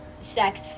Sex